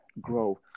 grow